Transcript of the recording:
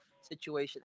situation